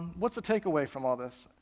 what's the takeaway from all this?